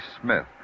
Smith